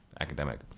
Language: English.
academic